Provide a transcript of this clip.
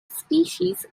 species